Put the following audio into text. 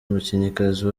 umukinnyikazi